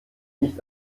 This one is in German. nicht